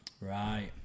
Right